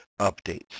updates